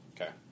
Okay